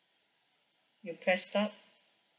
you press stop